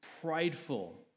prideful